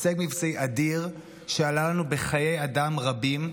הישג מבצעי אדיר שעלה לנו בחיי אדם רבים,